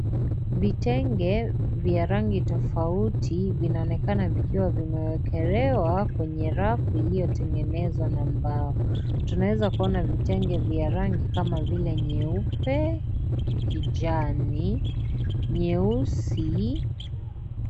Vitenge vya rangi tofauti vinaonekana vikiwa vimewekelewa kwenye rafu iliyotengenezwa na mbao. Tunaweza kuona vitenge vya rangi kama vile nyeupe, kijani, nyeusi.